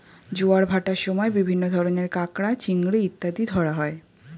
জোয়ার ভাটার সময় বিভিন্ন ধরনের কাঁকড়া, চিংড়ি ইত্যাদি ধরা হয়